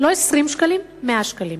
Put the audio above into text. לא 20 שקלים, 100 שקלים.